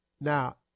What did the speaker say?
Now